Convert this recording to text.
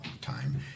time